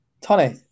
Tony